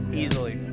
easily